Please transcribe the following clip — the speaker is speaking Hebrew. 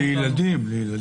לילדים.